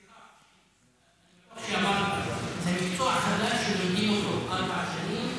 סליחה, זה מקצוע חדש שלומדים אותו ארבע שנים?